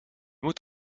moet